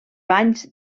banys